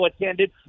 attended